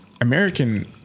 American